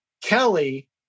Kelly